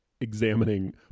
examining